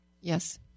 Yes